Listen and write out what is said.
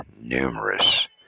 numerous